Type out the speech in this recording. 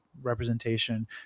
representation